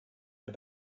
but